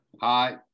hi